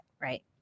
right